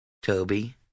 Toby